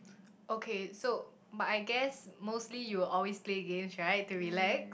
okay so but I guess mostly you will always play games right to relax